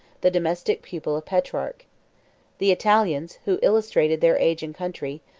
the domestic pupil of petrarch the italians, who illustrated their age and country,